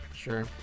sure